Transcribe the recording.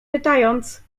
pytając